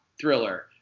thriller